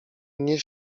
nie